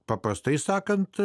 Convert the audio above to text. paprastai sakant